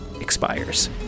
expires